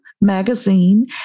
magazine